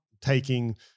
taking